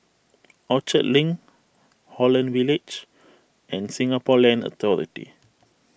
Orchard Link Holland Village and Singapore Land Authority